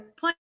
point